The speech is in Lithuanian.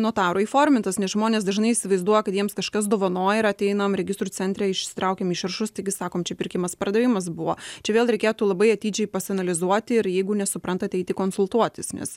notaro įformintas nes žmonės dažnai įsivaizduoja kad jiems kažkas dovanoja ir ateinam registrų centre išsitraukiam išrašus taigi sakom čia pirkimas pardavimas buvo čia vėl reikėtų labai atidžiai pasianalizuoti ir jeigu nesuprantat eiti konsultuotis nes